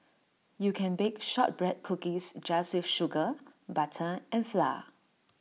you can bake Shortbread Cookies just with sugar butter and flour